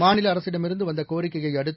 மாநிலஅரசிடமிருந்துவந்தகோரிக்கையைஅடுத்து